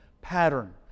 pattern